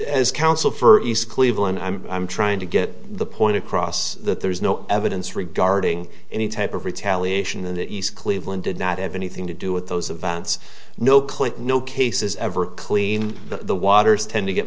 as counsel for east cleveland i'm i'm trying to get the point across that there is no evidence regarding any type of retaliation than the east cleveland did not have anything to do with those events no clip no cases ever clean the waters tend to get